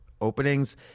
openings